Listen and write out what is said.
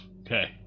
Okay